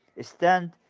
stand